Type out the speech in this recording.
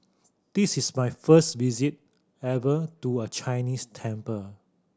this is my first visit ever to a Chinese temple